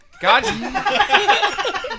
God